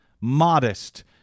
modest